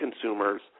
consumers